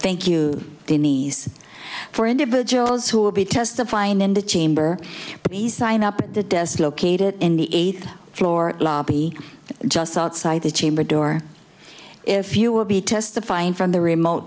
thank you denise for individuals who will be testifying in the chamber but sign up at the desk located in the eighth floor lobby just outside the chamber door if you will be testifying from the remote